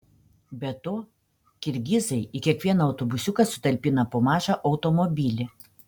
be to kirgizai į kiekvieną autobusiuką sutalpina po mažą automobilį